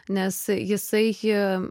nes jisai